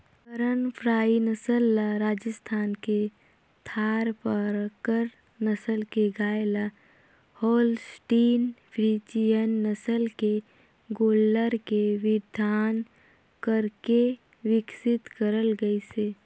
करन फ्राई नसल ल राजस्थान के थारपारकर नसल के गाय ल होल्सटीन फ्रीजियन नसल के गोल्लर के वीर्यधान करके बिकसित करल गईसे